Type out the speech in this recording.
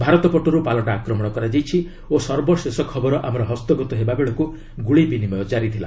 ଭାରତ ପଟରୁ ପାଲଟା ଆକ୍ମଣ କରାଯାଇଛି ଓ ସର୍ବଶେଷ ଖବର ଆମର ହସ୍ତଗତ ହେଲାବେଳକୁ ଗୁଳି ବିନିମୟ ଜାରି ଥିଲା